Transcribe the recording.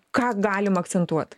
ką galim akcentuot